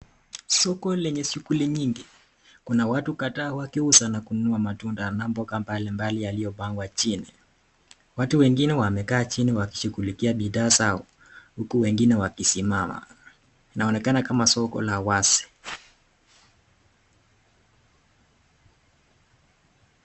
Soko lenye shughuli nyingi. Kuna watu kadhaa wakiuza na kununua matunda na mboga mbalimbali yaliopangwa chini. Watu wengine wamekaa chini wakishughulikia bidhaa zao uku wengine wakisimama. Inaonekana kama soko la wazi.